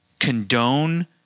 condone